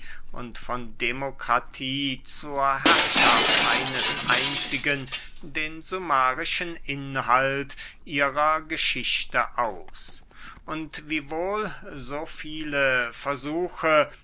und von demokratie zur herrschaft eines einzigen den summarischen inhalt ihrer geschichte aus und wiewohl so viele versuche